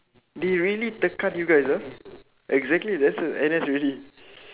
they really tekan you guys ah exactly that's uh N_S already